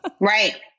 Right